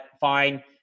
Fine